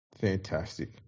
Fantastic